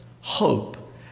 hope